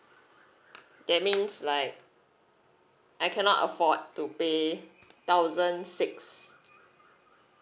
that means like I cannot afford to pay thousand six